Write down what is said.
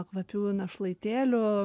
kvapiųjų našlaitėlių